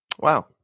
Wow